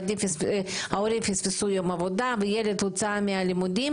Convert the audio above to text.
ההורים פספסו יום עבודה והילד הוצא מהלימודים,